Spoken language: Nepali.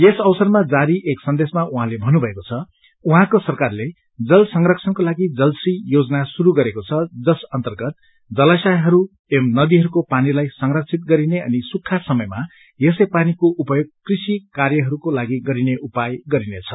यस अवसरमा जारी एक सन्देशमा उहाँले भन्नुभएको छ उहाँको सरकारले जल संरक्षणको लागि जलश्री योजना शुरू गरेको छ जस अर्न्तगत जलाशयहरू एव नदीहरूका पानीलाई संरक्षित गरिने अनि सुकखा समयमा यसै पानीको उपयोग कृषि कार्यहरूको लागि गरिने उपाय गरिनेछ